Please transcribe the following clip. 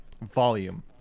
volume